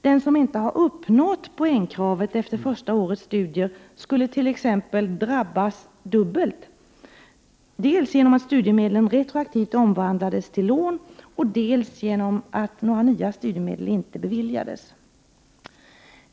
Den som inte har uppnått poängkravet efter första årets studier skulle t.ex. drabbas dubbelt, dels genom att studiemedlen retroaktivt omvandlades till lån, dels genom att några nya studiemedel inte beviljades.